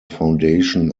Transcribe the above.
foundation